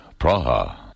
Praha